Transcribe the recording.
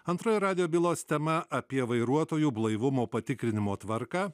antroji radijo bylos tema apie vairuotojų blaivumo patikrinimo tvarką